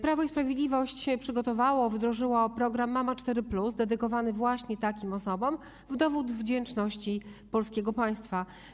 Prawo i Sprawiedliwość przygotowało i wdrożyło program mama 4+ dedykowany właśnie takim osobom w dowód wdzięczności polskiego państwa.